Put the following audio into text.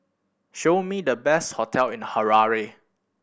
show me the best hotel in the Harare